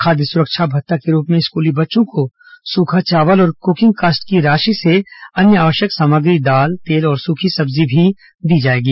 खाद्य सुरक्षा भत्ता के रूप में स्कूली बच्चों को सूखा चावल और कुकिंग कास्ट की राशि से अन्य आवश्यक सामग्री दाल तेल और सूखी सब्जी भी दी जाएगी